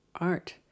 art